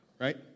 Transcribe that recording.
right